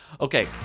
Okay